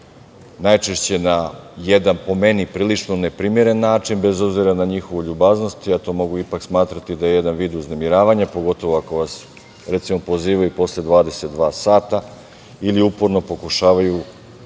najčešće, po meni, na jedan prilično neprimeren način, bez obzira na njihovu ljubaznost. Ja to mogu smatrati kao jedan vid uznemiravanja, pogotovu ako vas pozivaju posle 22 sata ili uporno pokušavaju dan